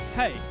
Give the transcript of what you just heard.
Hey